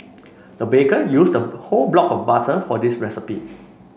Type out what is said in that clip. the baker used a whole block of butter for this recipe